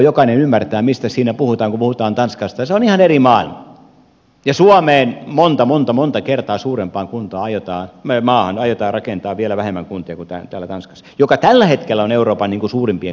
jokainen ymmärtää mistä siinä puhutaan kun puhutaan tanskasta ja se on ihan eri maailma ja suomeen monta monta monta kertaa suurempaan maahan aiotaan rakentaa vielä vähemmän kuntia kuin tanskassa joka tällä hetkellä on euroopan suurimpien kuntien maa